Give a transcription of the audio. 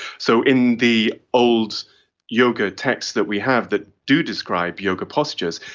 so in the old yoga texts that we have that do describe yoga postures,